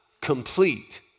complete